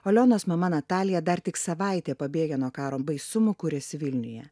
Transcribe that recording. alionos mama natalija dar tik savaitė pabėgę nuo karo baisumų kuriasi vilniuje